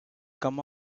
come